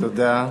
תודה.